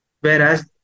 whereas